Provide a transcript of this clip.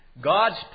God's